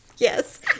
Yes